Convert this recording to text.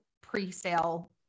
pre-sale